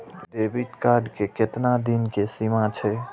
Debit card के केतना दिन के सीमा छै?